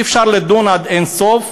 אי-אפשר לדון עד אין-סוף.